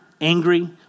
angry